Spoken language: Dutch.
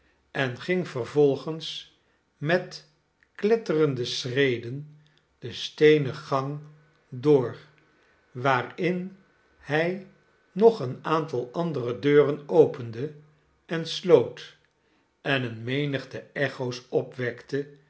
en ging vervolgens met kletterende schreden den steenen gang door waarin hij nog een aantal andere deuren opende en sloot en eene menigte echo's opwekte